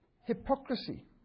Hypocrisy